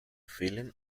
feeling